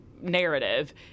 narrative